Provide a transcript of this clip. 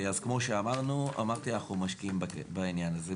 אז כמו שאמרתי, אנחנו משקיעים בעניין הזה.